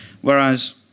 Whereas